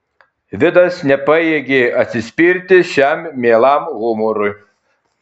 vidas nepajėgė atsispirti šiam mielam humorui